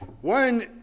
One